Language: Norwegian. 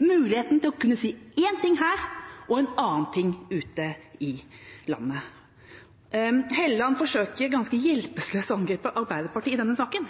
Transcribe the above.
muligheten til å kunne si én ting her og en annen ting ute i landet. Statsråd Hofstad Helleland forsøker ganske hjelpesløst å angripe Arbeiderpartiet i denne saken.